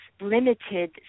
limited